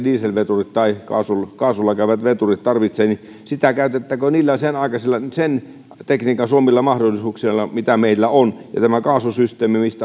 dieselveturit tai kaasulla kaasulla käyvät veturit tarvitsevat käytettäköön sen aikaisilla sen tekniikan suomilla mahdollisuuksilla mitä meillä on ja tämä kaasusysteemi mistä